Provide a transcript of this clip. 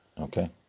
okay